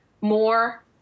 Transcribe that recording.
more